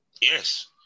Yes